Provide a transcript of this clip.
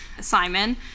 Simon